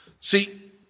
See